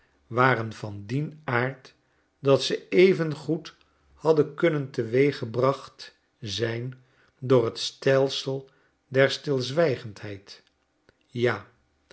waren van dien aard dat ze evengoed hadden kunnen teweeggebracht zijn door t stelsel der stilzwijgendheid ja